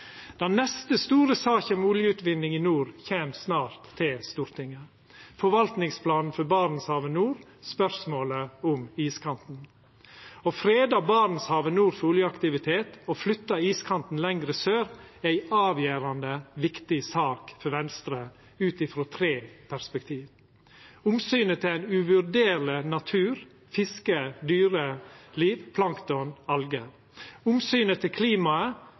Den neste store saka om oljeutvinning i nord kjem snart til Stortinget: forvaltingsplanen for Barentshavet nord, spørsmålet om iskanten. Å freda Barentshavet nord for oljeaktivitet og flytta iskanten lenger sør er ei avgjerande viktig sak for Venstre, ut frå tre perspektiv: omsynet til ein uvurderleg natur, fiske- og dyreliv, plankton og algar omsynet til klimaet